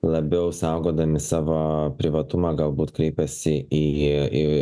labiau saugodami savo privatumą galbūt kreipiasi į